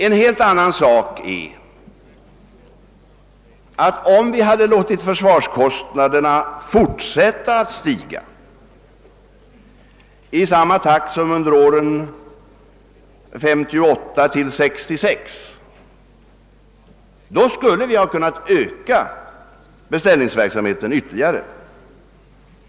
En helt annan sak är, att om vi hade låtit försvarskostnaderna fortsätta att stiga i samma takt som under åren 1958—1966, skulle vi ha kunnat öka beställningsverksamheten ytterligare.